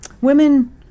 Women